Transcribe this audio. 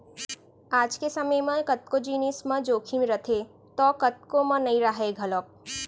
आज के समे म कतको जिनिस म जोखिम रथे तौ कतको म नइ राहय घलौक